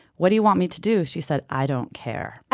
what do you want me to do? she said, i don't care.